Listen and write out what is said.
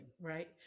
right